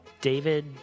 David